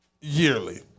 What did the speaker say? yearly